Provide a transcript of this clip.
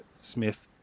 Smith